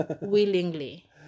Willingly